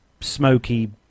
smoky